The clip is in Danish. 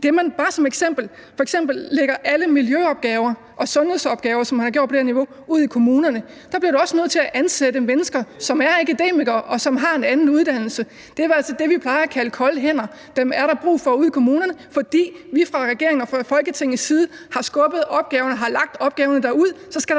som man har på det her niveau, ude i kommunerne. Der bliver man også nødt til at ansætte mennesker, som er akademikere, og som har en anden uddannelse. Det er altså det, vi plejer at kalde kolde hænder, og dem er der brug for ude i kommunerne. Fordi vi fra regeringen og Folketingets side har lagt opgaverne derude,